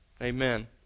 Amen